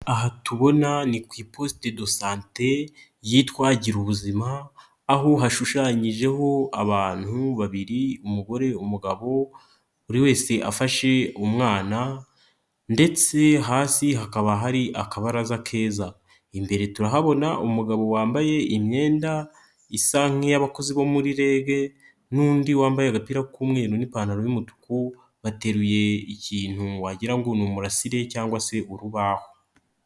Aha tubona ni ku ipositi de sante yitwa gira ubuzima aho hashushanyijeho abantu, babiri umugore umugabo buri wese afashe umwana ndetse hasi hakaba hari akabaraza keza, imbere turahabona umugabo wambaye imyenda isa nk'iy'abakozi bo muri rege, n'undi wambaye agapira k'umweru n'ipantaro y'umutuku, bateruye ikintu wagirango ngo ni umurasire cyangwa se urubaho.